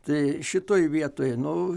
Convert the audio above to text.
tai šitoj vietoj nu